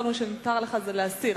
כל מה שנותר לך זה להסיר.